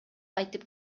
айтып